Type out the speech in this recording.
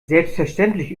selbstverständlich